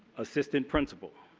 assistant principal.